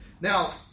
Now